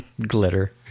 Glitter